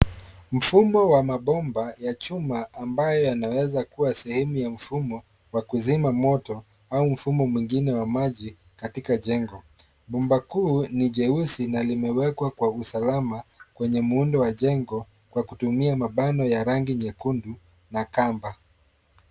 Mfumo wa mabomba ya chuma ambayo yanaweza kuwa sehemu ya mfumo wa kuzima moto, au mfumo mwingine wa maji katika jengo. Bomba kuu ni jeusi na limewekwa kwa usalama kwenye muundo wa jengo kwa kutumia mabano ya rangi nyekundu na kamba.